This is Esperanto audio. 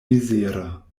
mizera